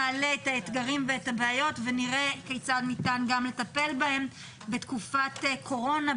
נעלה את האתגרים ואת הבעיות ונראה כיצד ניתן לטפל בהם בתקופת קורונה,